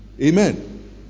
amen